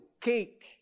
cake